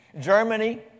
Germany